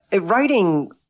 Writing